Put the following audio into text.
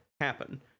happen